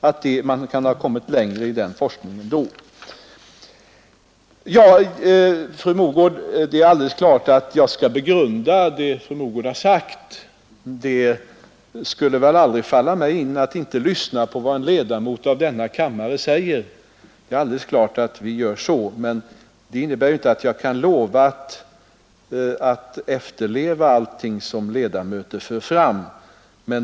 Det är alldeles klart, fru Mogård, att jag skall begrunda det fru Mogård har sagt — det skulle väl aldrig falla mig in att inte lyssna på vad en ledamot av denna kammare säger. Det är alldeles klart att vi gör så, men det innebär inte att jag kan lova att efterleva alla förslag som ledamöter för fram.